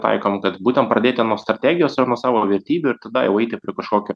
taikom kad būten pradėti nuo strategijos ir savo vertybių ir tada jau eiti prie kažkokio